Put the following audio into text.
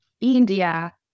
India